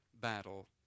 battle